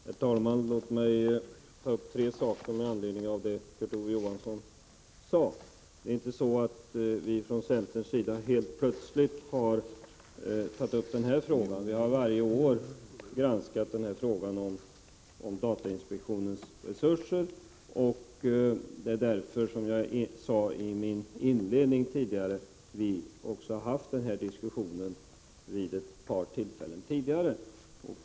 Herr talman! Låt mig ta upp tre saker med anledning av det Kurt Ove Johansson sade. Det är inte så att vi från centerns sida helt plötsligt har tagit upp den här frågan. Vi har varje år granskat frågan om datainspektionens resurser. Det var därför, som jag sade i mitt inledningsanförande, att vi har fört den här diskussionen tidigare vid ett par tillfällen.